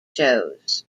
shows